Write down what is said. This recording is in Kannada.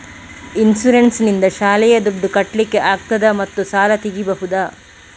ಇನ್ಸೂರೆನ್ಸ್ ನಿಂದ ಶಾಲೆಯ ದುಡ್ದು ಕಟ್ಲಿಕ್ಕೆ ಆಗ್ತದಾ ಮತ್ತು ಸಾಲ ತೆಗಿಬಹುದಾ?